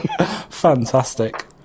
Fantastic